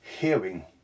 hearing